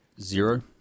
Zero